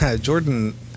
Jordan